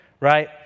right